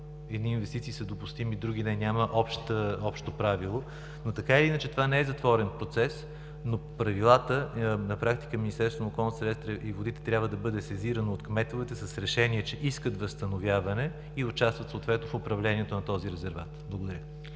Едни инвестиции са допустими, други не, няма общо правило. Но, така или иначе, това не е затворен процес, на практика Министерството на околната среда и водите трябва да бъде сезирано от кметовете с решение, че искат възстановяване и че ще участват в управлението на този резерват. Благодаря.